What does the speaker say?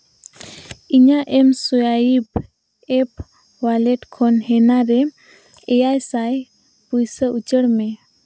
ᱤᱧᱟᱹᱜ M swipe app wallet ᱠᱷᱚᱱ ᱦᱮᱱᱟ ᱨᱮ ᱮᱭᱟᱭ ᱥᱟᱭ ᱯᱩᱭᱥᱟᱹ ᱩᱪᱟᱹᱲ ᱢᱮ